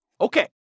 Okay